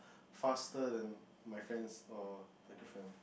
faster than my friends or my girlfriend